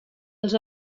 els